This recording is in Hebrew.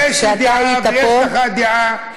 כשאתה היית פה,